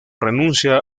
renuncia